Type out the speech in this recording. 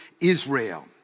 Israel